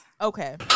okay